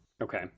Okay